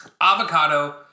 avocado